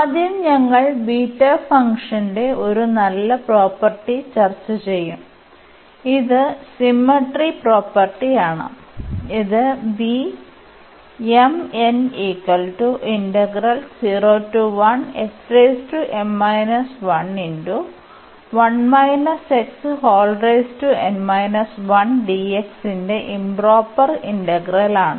ആദ്യം ഞങ്ങൾ ബീറ്റ ഫംഗ്ഷന്റെ ഒരു നല്ല പ്രോപ്പർട്ടി ചർച്ച ചെയ്യും ഇത് സിമ്മെട്രി പ്രോപ്പർട്ടിയാണ് ഇത് ന്റെ ഇoപ്രോപ്പർ ഇന്റഗ്രലാണ്